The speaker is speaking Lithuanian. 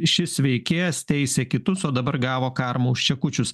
šis veikėjas teisia kitus o dabar gavo karmą už čekučius